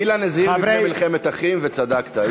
אילן הזהיר מפני מלחמת אחים, וצדקת.